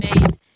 made